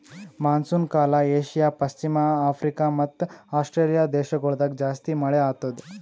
monsoon ಕಾಲ Asia, ಪಶ್ಚಿಮ Africa ಮತ್ತ ಆಸ್ಟ್ರೇಲಿಯಾ ದೇಶಗೊಳ್ದಾಗ್ ಜಾಸ್ತಿ ಮಳೆ ಆತ್ತುದ್